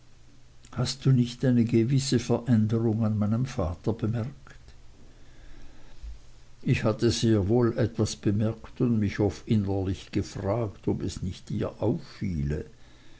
hast du nicht eine gewisse veränderung an meinem vater bemerkt ich hatte sehr wohl etwas bemerkt und mich oft innerlich gefragt ob es ihr